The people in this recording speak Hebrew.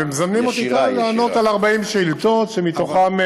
ומזמנים אותי כאן לענות על 40 שאילתות שמתוכן,